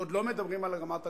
עוד לא מדברים על רמת-הגולן,